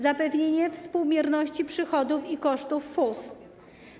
Zapewnienie współmierności przychodów i kosztów FUS.